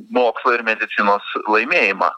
mokslo ir medicinos laimėjimą